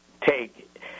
take